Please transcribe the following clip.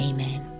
Amen